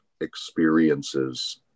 experiences